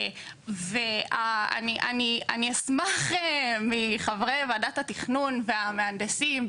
ואני אשמח מחברי ועדת התכנון והמהנדסים,